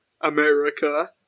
America